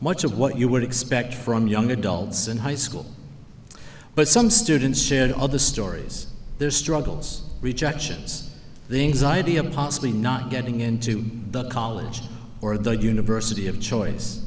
much of what you would expect from young adults and high school but some students shared all the stories their struggles rejections things idea of possibly not getting into the college or the university of choice